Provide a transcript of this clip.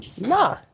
Nah